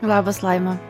labas laima